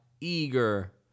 eager